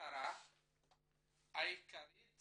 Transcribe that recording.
המטרה העיקרית